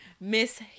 Miss